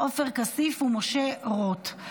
עופר כסיף ומשה רוט.